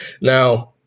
Now